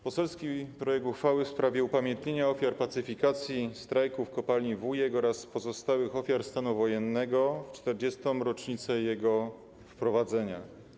Poselski projekt uchwały w sprawie upamiętnienia ofiar pacyfikacji strajku w Kopalni „Wujek” oraz pozostałych ofiar stanu wojennego w czterdziestą rocznicę jego wprowadzenia.